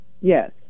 Yes